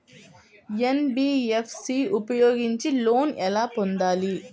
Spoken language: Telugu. ఎన్.బీ.ఎఫ్.సి ఉపయోగించి లోన్ ఎలా పొందాలి?